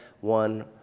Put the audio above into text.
one